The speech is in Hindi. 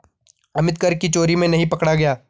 अमित कर की चोरी में नहीं पकड़ा गया